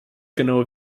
genau